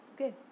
Okay